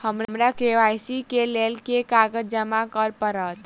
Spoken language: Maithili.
हमरा के.वाई.सी केँ लेल केँ कागज जमा करऽ पड़त?